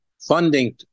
funding